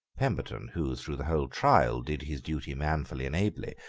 pemberton, who, through the whole trial, did his duty manfully and ably,